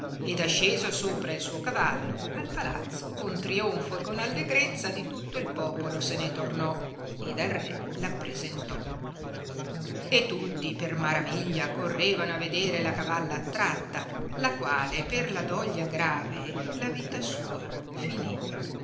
ed asceso sopra il suo cavallo al palazzo con trionfo e con allegrezza di tutto il popolo se ne tornò ed al re l appresentò e tutti per maraviglia correvano a vedere la cavalla attratta la quale per la doglia grave la vita sua finì